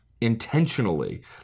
intentionally